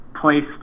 place